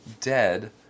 dead